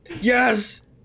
yes